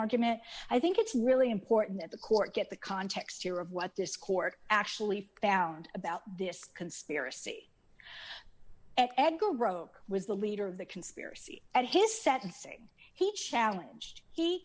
argument i think it's really important that the court get the context here of what this court actually found about this conspiracy ed go broke was the leader of the conspiracy at his sentencing he challenged he